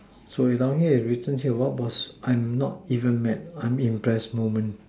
so you down here is return what was I am not even mad I mean impress moment